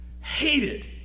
hated